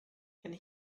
and